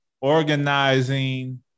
organizing